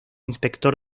inspector